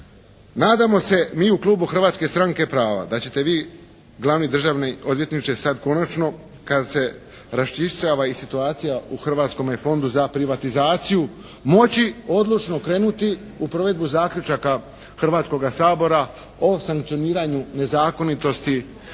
Nadamo se mi u klubu Hrvatske stranke prava da ćete vi glavni državni odvjetniče sad konačno kad se raščišćava i situacija u Hrvatskome fondu za privatizaciju moći odlučno krenuti u provedbu zaključaka Hrvatskoga sabora o sankcioniranju nezakonitosti